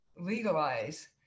legalize